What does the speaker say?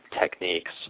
techniques